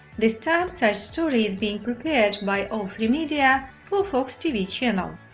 this time such story is being prepared by o three medya for fox tv channel.